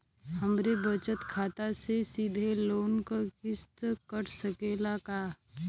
हमरे बचत खाते से सीधे लोन क किस्त कट सकेला का?